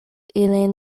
ilin